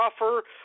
offer